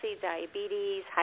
diabetes